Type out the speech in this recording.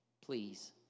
Please